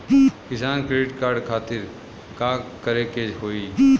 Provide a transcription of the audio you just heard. किसान credit card खातिर का करे के होई?